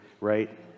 right